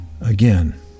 Again